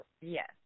Yes